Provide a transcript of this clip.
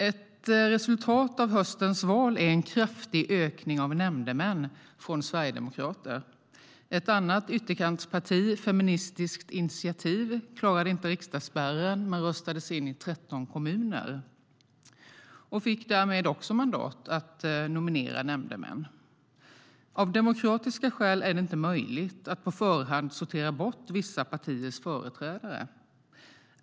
Ett resultat av höstens val är en kraftig ökning av antalet nämndemän från Sverigedemokraterna. Ett annat ytterkantsparti, Feministiskt initiativ, klarade inte riksdagsspärren men röstades in i 13 kommuner och fick därmed också mandat att nominera nämndemän. Av demokratiska skäl är det inte möjligt att på förhand sortera bort vissa partiers företrädare.